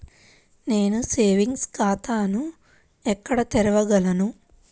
నేను సేవింగ్స్ ఖాతాను ఎక్కడ తెరవగలను?